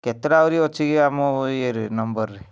କେତେଟା ଆହୁରି ଅଛି କି ଆମ ୟେରେ ନମ୍ବରରେ